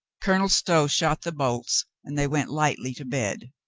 colonel stow shot the bolts, and they went lightly to bed.